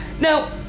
Now